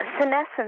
Senescence